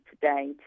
today